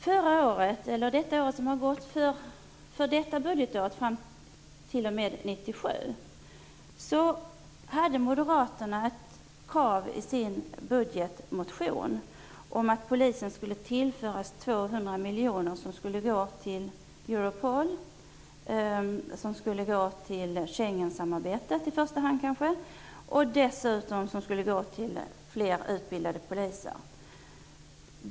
För budgetåret fram t.o.m. 1997 hade moderaterna ett krav i sin budgetmotion om att polisen skulle tillföras 200 miljoner som skulle gå till Europol, till i första hand Schengensamarbetet och till att utbilda fler poliser.